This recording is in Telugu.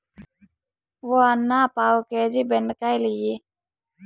ఓ అన్నా, పావు కేజీ బెండకాయలియ్యి